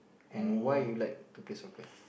and why you like to play soccer